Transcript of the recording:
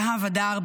יהב הדר,